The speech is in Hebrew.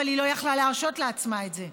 אבל היא לא יכלה להרשות לעצמה את זה.